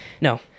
No